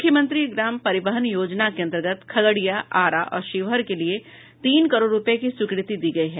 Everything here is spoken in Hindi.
मुख्यमंत्री ग्राम परिवहन योजना के अंतर्गत खगड़िया आरा और शिवहर के लिए तीन करोड़ रूपये की स्वीकृति दी गयी है